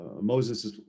Moses